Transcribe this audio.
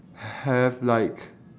have like